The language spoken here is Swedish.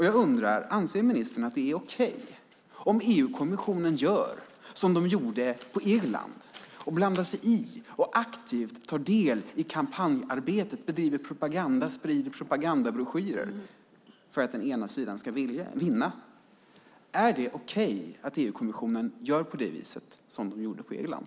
Jag undrar: Anser ministern att det är okej om EU-kommissionen gör som de gjorde på Irland och blandar sig i och aktivt tar del i kampanjarbetet, bedriver propaganda och sprider propagandabroschyrer för att den ena sidan ska vinna? Är det okej att EU-kommissionen gör så som de gjorde på Irland?